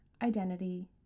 identity